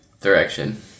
direction